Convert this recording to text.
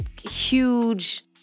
huge